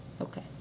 Okay